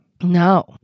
No